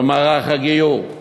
במערך הגיור;